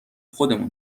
خودمون